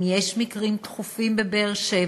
אם יש מקרים דחופים בבאר-שבע,